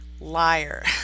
liar